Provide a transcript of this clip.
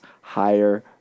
higher